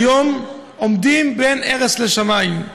כיום עומדים בין ארץ לשמים.